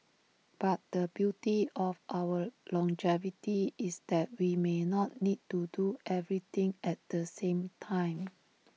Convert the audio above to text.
but the beauty of our longevity is that we may not need to do everything at the same time